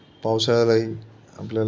पावसाळ्यातही आपल्याला